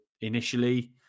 initially